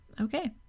Okay